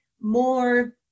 more